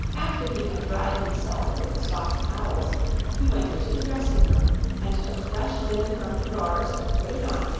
after he had dried himself with the soft towels he went into the dressing-room and took fresh linen from the drawers and put it on,